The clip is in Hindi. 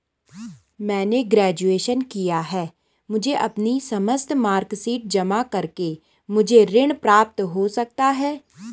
मैंने ग्रेजुएशन किया है मुझे अपनी समस्त मार्कशीट जमा करके मुझे ऋण प्राप्त हो सकता है?